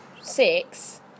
six